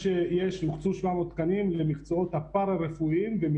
אני מבקש לחבר את דוקטור פסח מבית החולים שיבא.